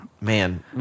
Man